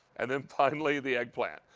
and then finally, the eggplant.